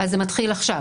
אז זה מתחיל עכשיו.